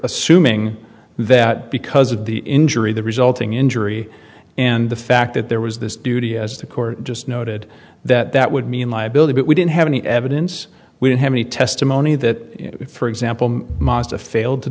assuming that because of the injury the resulting injury and the fact that there was this duty as the court just noted that that would mean liability but we didn't have any evidence we didn't have any testimony that for example mazda failed to